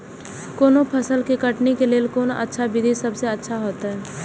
कोनो फसल के कटनी के लेल कोन अच्छा विधि सबसँ अच्छा होयत?